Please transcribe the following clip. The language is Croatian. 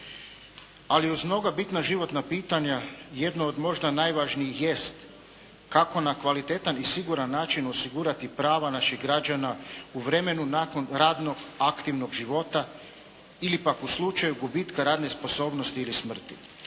Ali uz mnogo bitna životna pitanja, jedno od možda najvažnijih jest kako na kvalitetan i siguran način osigurati prava naših građana u vremenu nakon radnog aktivnog života ili pak u slučaju gubitka radne sposobnosti ili smrti.